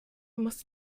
musste